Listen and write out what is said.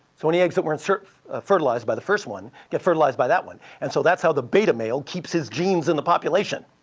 so any eggs that weren't sort of fertilized by the first one get fertilized by that one. and so that's how the beta male keeps his genes in the population.